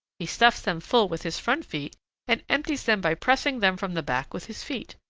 he stuffs them full with his front feet and empties them by pressing them from the back with his feet.